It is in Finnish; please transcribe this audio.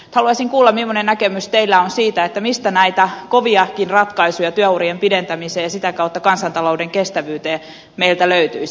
haluaisin kuulla mimmoinen näkemys teillä on siitä mistä näitä koviakin ratkaisuja työurien pidentämiseen ja sitä kautta kansantalouden kestävyyteen meiltä löytyisi